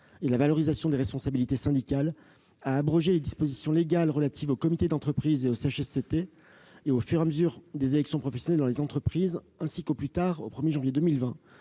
et la valorisation des responsabilités syndicales a abrogé les dispositions légales relatives aux comités d'entreprise et aux CHSCT au fur et à mesure de l'organisation des élections professionnelles dans les entreprises et, au plus tard, au 1 janvier 2020,